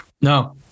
no